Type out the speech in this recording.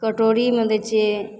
कटोरीमे दै छिए